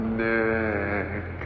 neck